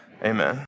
Amen